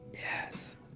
Yes